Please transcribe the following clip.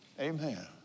Amen